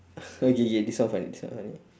okay K K this one funny this one funny